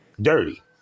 dirty